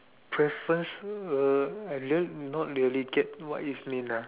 preference uh I really not really get what it means ah